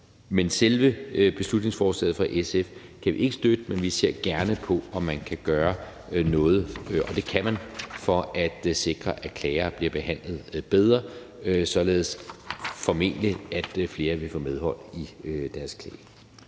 Selve beslutningsforslaget fra SF kan vi ikke støtte, men vi ser gerne på, om man kan gøre noget – og det kan man – for at sikre, at klagere bliver behandlet bedre, således, formentlig, at flere vil få medhold i deres klage.